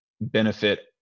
benefit